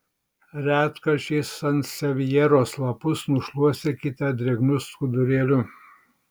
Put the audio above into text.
retkarčiais sansevjeros lapus nušluostykite drėgnu skudurėliu